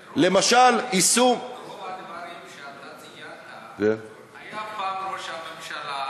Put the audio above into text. למשל, רוב הדברים שאתה ציינת, היה פעם ראש ממשלה,